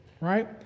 Right